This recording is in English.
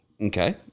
okay